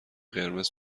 قرمز